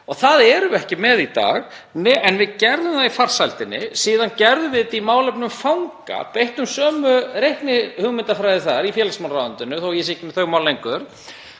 Það erum við ekki með í dag en við gerðum það í farsældinni. Síðan gerðum við þetta í málefnum fanga, beittum sömu reiknihugmyndafræði þar í félagsmálaráðuneytinu, þótt ég sé ekki með þau mál lengur,